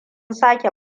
sake